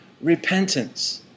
repentance